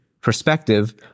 perspective